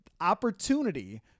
opportunity